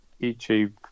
YouTube